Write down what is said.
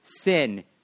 sin